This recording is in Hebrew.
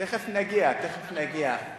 תיכף נגיע, תיכף נגיע.